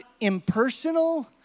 impersonal